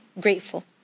grateful